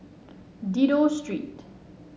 Dido Street